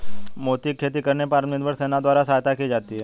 मोती की खेती करने पर आत्मनिर्भर सेना द्वारा सहायता की जाती है